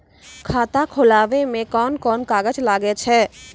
खाता खोलावै मे कोन कोन कागज लागै छै?